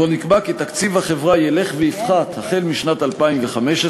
שבו נקבע כי תקציב החברה ילך ויפחת החל משנת 2015,